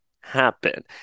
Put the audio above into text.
happen